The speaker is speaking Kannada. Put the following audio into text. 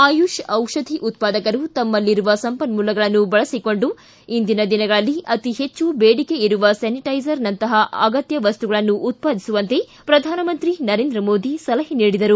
ಆಯುಷ್ ದಿಷಧಿ ಉತ್ಪಾದಕರು ತಮ್ಜಲ್ಲಿರುವ ಸಂಪನ್ಮೂಲಗಳನ್ನು ಬಳಸಿಕೊಂಡು ಇಂದಿನ ದಿನಗಳಲ್ಲಿ ಅತಿ ಹೆಚ್ಚು ಬೇಡಿಕೆ ಇರುವ ಸ್ನಾನಿಟ್ಟೆಜರ್ನಂತಹ ಅಗತ್ಯ ವಸ್ತುಗಳನ್ನು ಉತ್ಪಾದಿಸುವಂತೆ ಪ್ರಧಾನಮಂತ್ರಿ ನರೇಂದ್ರ ಮೋದಿ ಸಲಹೆ ನೀಡಿದರು